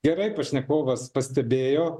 gerai pašnekovas pastebėjo